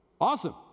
Awesome